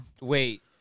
Wait